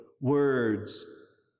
words